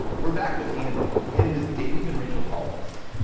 we're back with andy and with dave and rachel hollis,